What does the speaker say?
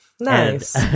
Nice